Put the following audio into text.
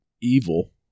evil